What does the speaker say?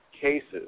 cases